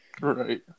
right